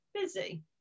busy